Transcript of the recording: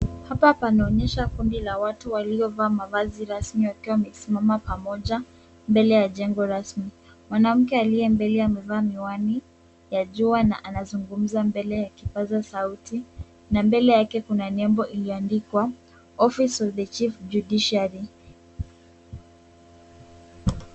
Hapa pana onyesha kundi la watu waliovaa mavazi rasmi wakiwa wamesimama pamoja, mbele ya jengo rasmi. Mwanamke aliye mbele amevaa miwani, ya jua, na anazungumza mbele ya kipaza sauti, na mbele yake kuna nyembo iliyoandikwa office of the chief judiciary .